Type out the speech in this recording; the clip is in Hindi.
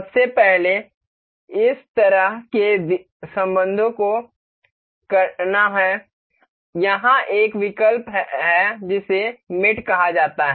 सबसे पहले इस तरह के संबंधों को करना है यहाँ एक विकल्प है जिसे मेट कहा जाता है